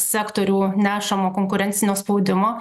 sektorių nešamo konkurencinio spaudimo